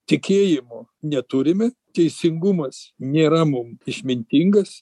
tikėjimo neturime teisingumas nėra mum išmintingas